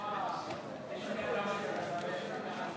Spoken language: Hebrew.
בשמות חברי הכנסת)